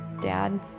Dad